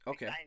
Okay